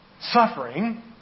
suffering